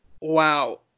wow